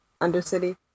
Undercity